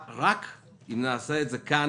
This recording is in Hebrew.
אנחנו נמצאים כאן